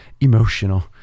emotional